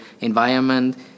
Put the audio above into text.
environment